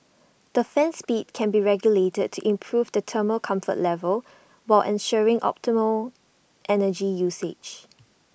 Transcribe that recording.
the fan speed can be regulated to improve the thermal comfort level while ensuring optimal energy usage